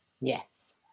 Yes